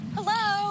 Hello